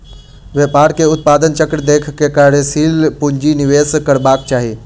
व्यापार के उत्पादन चक्र देख के कार्यशील पूंजी निवेश करबाक चाही